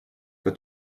for